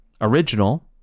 original